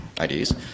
IDs